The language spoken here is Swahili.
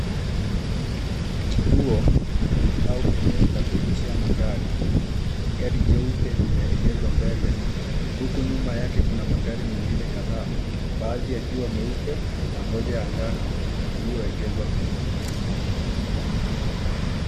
Kituo au eneo la kuegeshea magari. Gari jeupe limeegezwa mbele huku nyuma yake kuna magari mengine kadhaa baadhi yakiwa meupe na moja ya njano iliyoegezwa pia.